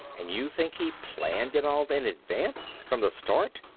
and you think he planned it all in advance, from the start?